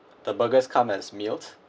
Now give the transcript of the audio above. the burgers come as meals